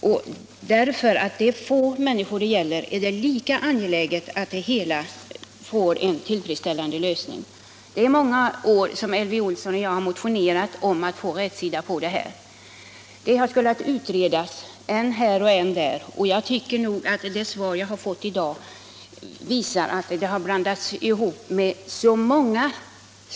Oavsett om bara få människor drabbas eller många är det lika angeläget att det hela får en tillfredsställande lösning. Under många år har Elvy Olsson och jag motionerat för att få rätsida på det aktuella förhållandet. Man har menat att frågan skulle utredas än här och än där. Jag tycker också att det svar jag fått i dag visar att alltför många utredningar är inkopplade.